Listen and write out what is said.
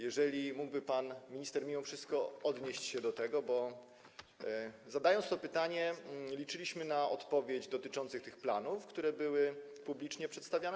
Jeżeli mógłby pan minister mimo wszystko odnieść się do tego, bo zadając to pytanie, liczyliśmy na odpowiedź dotyczącą planów, które były publicznie przedstawiane.